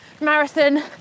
marathon